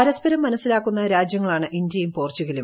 പരസ്പരം മനസ്സിലാക്കുന്ന രാജ്യങ്ങളാണ് ഇന്ത്യയും പോർച്ചുഗലും